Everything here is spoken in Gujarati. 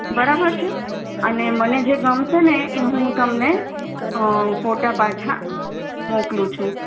બરાબર છે અને મને જે ગમશેને એ હું તમને ફોટા પાછા મોકલું છું